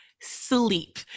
sleep